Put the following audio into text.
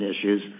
issues